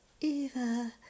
Eva